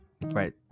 Right